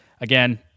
Again